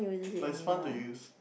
but it's fun to use